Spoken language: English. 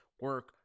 Work